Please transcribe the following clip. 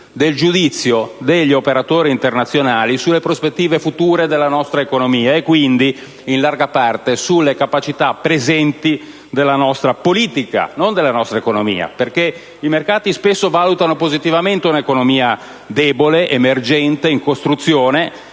del giudizio degli operatori internazionali sulle prospettive future della nostra economia e quindi, in larga parte, sulle capacità presenti non già della nostra economia, ma della nostra politica. Spesso infatti i mercati valutano positivamente un'economia debole, emergente, in costruzione,